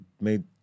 made